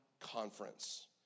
Conference